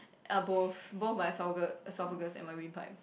uh both both my esophagu~ esophagus and my windpipe